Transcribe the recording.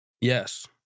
Yes